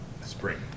spring